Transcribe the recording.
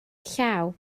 llaw